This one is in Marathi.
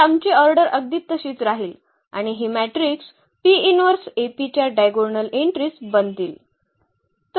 तर आमची ऑर्डर अगदी तशीच राहील आणि ही मॅट्रिक्स च्या डायगोनल एन्ट्रीज बनतील